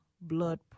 blood